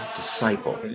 disciple